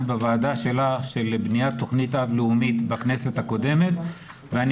בוועדה שלך של בניית תוכנית אב לאומית בכנסת הקודמת ואני